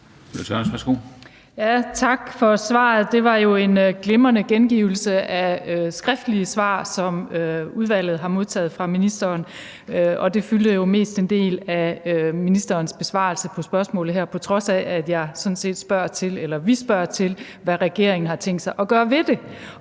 Tak for svaret. Det var jo en glimrende gengivelse af skriftlige svar, som udvalget har modtaget fra ministeren, og det fyldte jo mestendels af ministerens besvarelse af spørgsmålet her, på trods af at vi sådan set spørger til, hvad regeringen har tænkt sig at gøre ved det.